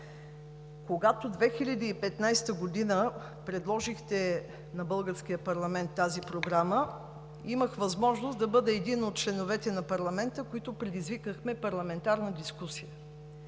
Когато през 2015 г. предложихте на българския парламент тази програма, имах възможност да бъда един от членовете на парламента, които предизвикахме парламентарна дискусия.